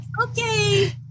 okay